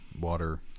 Water